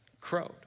crowed